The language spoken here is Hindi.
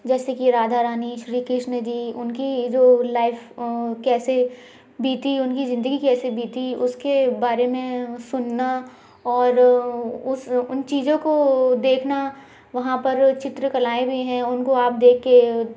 जैसे कि राधा रानी श्री कृष्ण जी उनकी जो लाइफ अ कैसे बीती उनकी ज़िन्दगी कैसे बीती उसके बारे में अ सुनना और अ उस उन चीजों को देखना वहाँ पर चित्रकलाएं भी हैं उनको आप देख कर अ